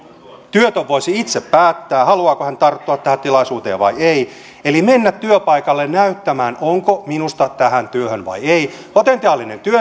työtön voisi itse päättää haluaako hän tarttua tähän tilaisuuteen vai ei mennä työpaikalle näyttämään onko minusta tähän työhön vai ei potentiaalinen